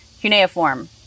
cuneiform